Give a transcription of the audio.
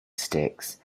sticks